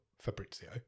Fabrizio